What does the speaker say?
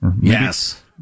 yes